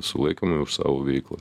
sulaikomi už savo veiklą